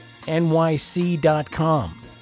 NYC.com